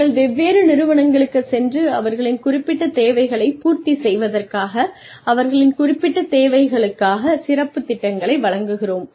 நாங்கள் வெவ்வேறு நிறுவனங்களுக்குச் சென்று அவர்களின் குறிப்பிட்ட தேவைகளை பூர்த்தி செய்வதற்காக அவர்களின் குறிப்பிட்ட தேவைகளுக்காக சிறப்புத் திட்டங்களை வழங்குகிறோம்